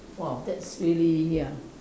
!wah! that's really ya